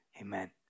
amen